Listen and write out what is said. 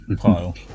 pile